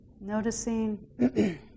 Noticing